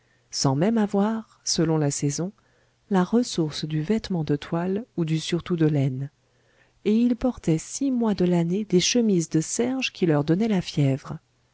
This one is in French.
sans même avoir selon la saison la ressource du vêtement de toile ou du surtout de laine et ils portaient six mois de l'année des chemises de serge qui leur donnaient la fièvre